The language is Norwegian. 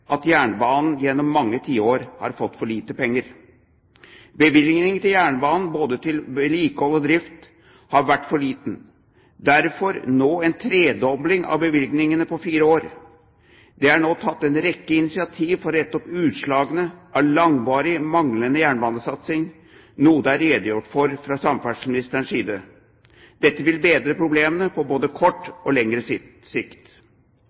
at jernbanen gjennom mange tiår har fått for lite penger. Bevilgningen til jernbanen, både til vedlikehold og drift, har vært for liten, og derfor nå en tredobling av bevilgningene på fire år. Det er nå tatt en rekke initiativ for å rette opp utslagene av langvarig manglende jernbanesatsing, noe det er redegjort for fra samferdselsministerens side. Dette vil bedre problemene både på kort og lengre sikt.